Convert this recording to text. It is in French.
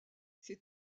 ses